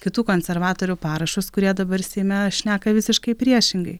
kitų konservatorių parašus kurie dabar seime šneka visiškai priešingai